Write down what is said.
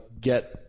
get